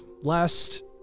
last